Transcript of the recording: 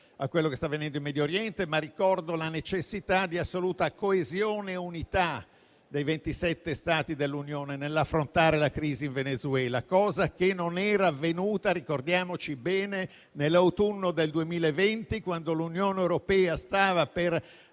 a quello che sta avvenendo in Medio Oriente - la necessità di assoluta coesione e unità dei 27 Stati dell'Unione nell'affrontare la crisi in Venezuela, cosa che non è avvenuta - ricordiamoci bene - nell'autunno del 2020, quando l'Unione europea stava per